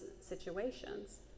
situations